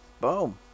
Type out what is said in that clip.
boom